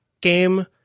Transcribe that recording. game